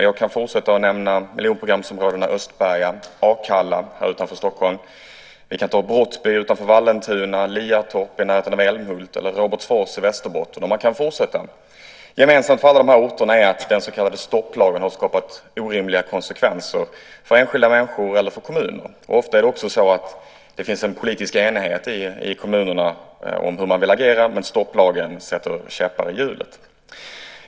Jag kan fortsätta och nämna miljonprogramsområdena Östberga och Akalla utanför Stockholm. Vi kan nämna Brottby utanför Vallentuna, Liatorp i närheten av Älmhult eller Robertsfors i Västerbotten. Man kan fortsätta. Gemensamt för alla de här orterna är att den så kallade stopplagen har skapat orimliga konsekvenser för enskilda människor eller för kommuner. Ofta är det också så att det finns en politisk enighet i kommunerna om hur man vill agera, men stopplagen sätter käppar i hjulet.